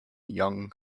young